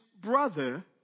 brother